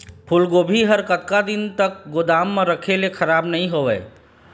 फूलगोभी हर कतका दिन तक गोदाम म रखे ले खराब नई होय?